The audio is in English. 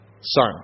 son